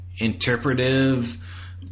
Interpretive